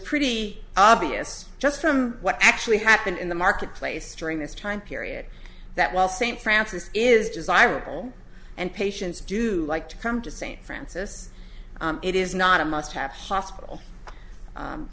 pretty obvious just from what actually happened in the marketplace during this time period that while st francis is desirable and patients do like to come to st francis it is not a must have hospital